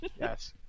Yes